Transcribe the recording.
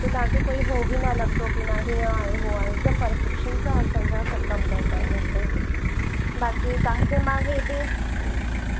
त तव्हांखे कोई हो बि न लगंदो की हीअं आहे हूअं आहे हिकदमि परफ़ेक्शन सां असांजा सभु कम करिदा आहिनि हिते बाक़ी तव्हांखे मां हीअ बि